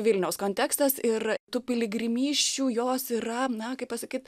vilniaus kontekstas ir tų piligrimysčių jos yra na kaip pasakyt